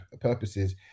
purposes